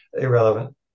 irrelevant